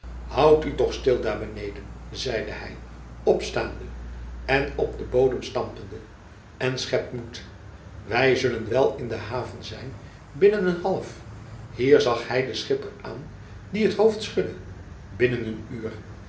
houdt u toch stil daar beneden zeide hij opstaande en op den bodem stampende en schept moed wij zullen wel in de haven zijn binnen een half hier zag hij den schipper aan die het hoofd schudde binnen een uur